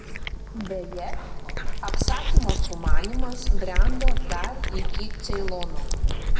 beje apsakymo sumanymas brendo dar iki ceilono